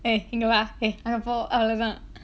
!hey! இங்க வா:inga va !hey! அங்க போ அவ்ளோதா:anga po avlothaa